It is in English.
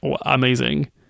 amazing